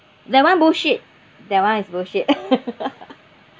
that [one] bullshit that [one] is bullshit